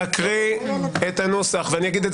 היועץ המשפטי יקריא את הנוסח אני אגיד את